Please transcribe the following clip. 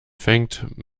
fängt